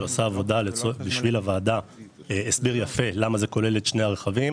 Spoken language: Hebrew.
שעושה עבודה בשביל הוועדה הסדר יפה למה זה כולל את שני הרכבים,